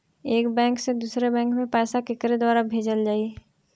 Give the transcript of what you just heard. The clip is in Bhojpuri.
एक बैंक से दूसरे बैंक मे पैसा केकरे द्वारा भेजल जाई?